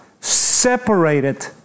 separated